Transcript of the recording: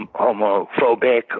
homophobic